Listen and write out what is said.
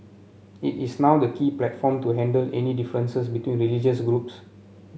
it is now the key platform to handle any differences between religious groups